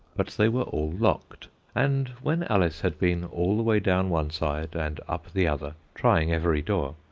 but they were all locked and when alice had been all the way down one side and up the other, trying every door,